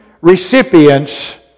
recipients